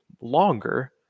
longer